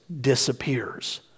disappears